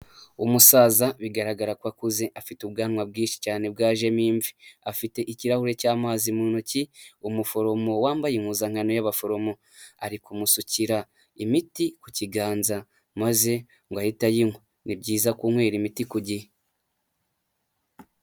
Umusaza bigaragara ko akuze, afite ubwanwa bwinshi cyane bwajemo imvi, afite ikirahure cy'amazi mu ntoki, umuforomo wambaye impuzankano y'abaforomo ari kumusukira imiti ku kiganza, maze ngo ahite ayinywa. Ni byiza kunywera imiti ku gihe.